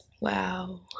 Wow